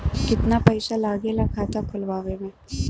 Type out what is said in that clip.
कितना पैसा लागेला खाता खोलवावे में?